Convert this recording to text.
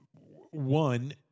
one